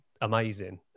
amazing